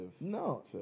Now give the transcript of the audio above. No